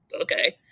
Okay